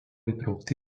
įtraukti